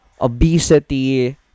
obesity